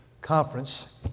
conference